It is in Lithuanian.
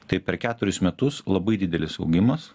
tai per keturis metus labai didelis augimas